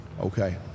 Okay